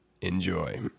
Enjoy